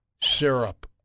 syrup